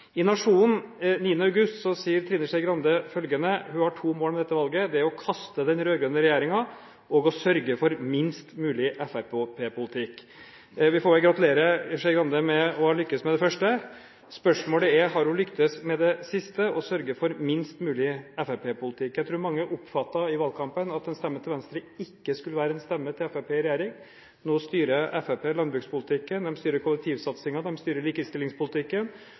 Til Nationen 9. august sier Trine Skei Grande at hun «har to mål i valgkampen: Å kaste den rød-grønne regjeringen og å sørge for minst mulig Frp-politikk.» Vi får vel gratulere Skei Grande med å ha lyktes med det første. Spørsmålet er: Har hun lyktes med det siste, «å sørge for minst mulig Frp-politikk»? Jeg tror mange oppfattet i valgkampen at en stemme til Venstre ikke skulle være en stemme til Fremskrittspartiet i regjering. Nå styrer Fremskrittspartiet landbrukspolitikken, kollektivsatsingen, likestillingspolitikken